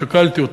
שקלתי אותה,